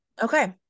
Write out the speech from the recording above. Okay